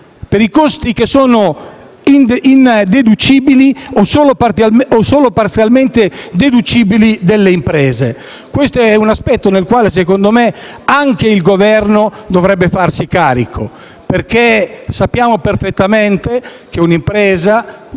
per i costi che sono indeducibili, o solo parzialmente deducibili, delle imprese. Questo è un aspetto del quale, secondo me, anche il Governo dovrebbe farsi carico. Sappiamo perfettamente, infatti, che un'impresa,